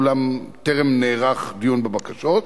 אולם טרם נערך דיון בבקשות.